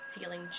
Feeling